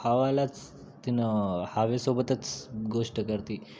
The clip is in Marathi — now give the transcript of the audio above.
हवेलाच तिनं हवेसोबतच गोष्ट करते